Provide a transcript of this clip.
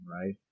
right